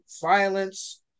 violence